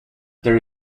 there